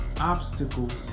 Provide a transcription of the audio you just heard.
obstacles